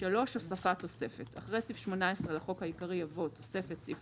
הוספת תוספת 3. אחרי סעיף 18 לחוק העיקרי יבוא: "תוספת (סעיף